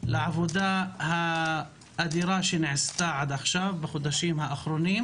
לעבודה האדירה שנעשתה בחודשים האחרונים,